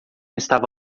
estava